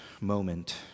moment